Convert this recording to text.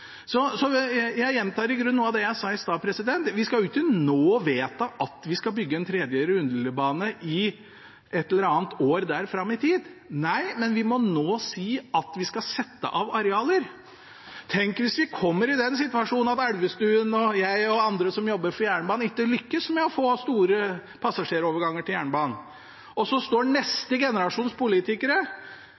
Så jeg gjentar i grunnen noe av det jeg sa i stad: Vi skal ikke nå vedta at vi skal bygge en tredje rullebane et eller annet år fram i tid – nei, men vi må nå si at vi skal sette av arealer. Tenk hvis vi kommer i den situasjonen at Elvestuen, jeg og andre som jobber for jernbanen, ikke lykkes med å få store passasjeroverganger til jernbanen, og så står neste generasjons politikere